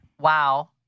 Wow